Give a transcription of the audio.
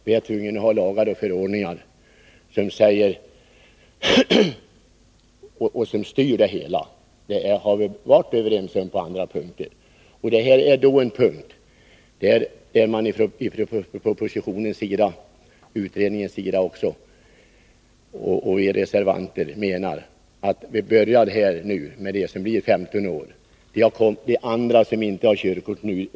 Vi är tvungna att ha lagar och förordningar som styr trafikverksamheten. Det gäller också på alla andra områden, vilket vi borde vara överens om. I denna fråga anförs såväl i propositionen som i utredningen och av reservanterna att det behövs ett mopedkort för dem som fyller 15 år men inte för dem som redan har körkort.